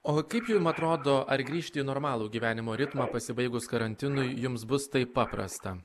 o kaip jum atrodo ar grįžti į normalų gyvenimo ritmą pasibaigus karantinui jums bus taip paprasta